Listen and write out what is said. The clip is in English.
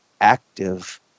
active